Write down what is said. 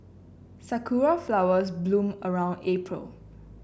sakura flowers bloom around April